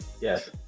yes